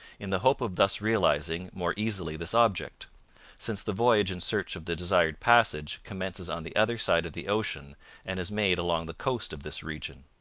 in the hope of thus realizing more easily this object since the voyage in search of the desired passage commences on the other side of the ocean and is made along the coast of this region